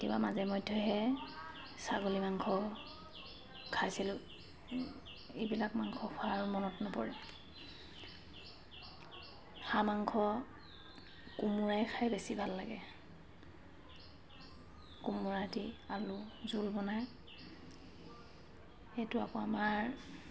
কেতিয়াবা মাজেমধ্যেহে ছাগলী মাংস খাইছিলোঁ ইবিলাক মাংস খোৱাও মনত নপৰে হাঁহ মাংস কোমোৰাই খাই বেছি ভাল লাগে কোমোৰা দি আলু জোল বনাই সেইটো আকৌ আমাৰ